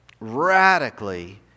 radically